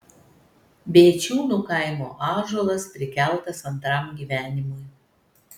bėčiūnų kaimo ąžuolas prikeltas antram gyvenimui